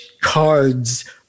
cards